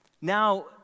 Now